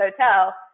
hotel